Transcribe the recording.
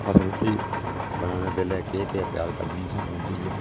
अस रूट्टी बनाने बेल्लै केह् केह् एह्तियात करनी अ'सें औंदी ऐ